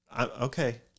okay